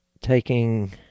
taking